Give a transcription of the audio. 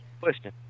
question